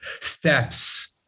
steps